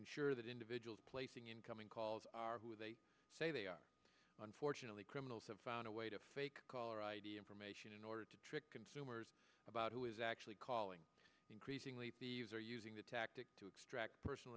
ensure that individuals placing incoming calls are who they say they are unfortunately criminals have found a way to fake caller id information in order to trick consumers about who is actually calling increasingly they're using the tactic to extract personal